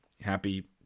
happy